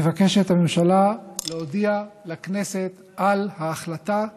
מבקשת הממשלה להודיע לכנסת על ההחלטה הנ"ל.